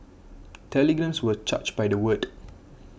telegrams were charged by the word